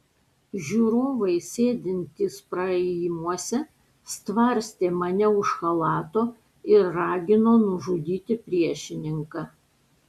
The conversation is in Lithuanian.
žiūrovai sėdintys praėjimuose stvarstė mane už chalato ir ragino nužudyti priešininką